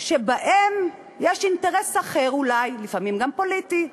שבהם יש אינטרס אחר, אולי לפעמים גם פוליטי,